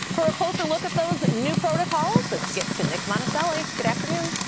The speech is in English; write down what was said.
for a closer look at those new protocols let's get to nick monacelli. good afternoon.